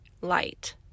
light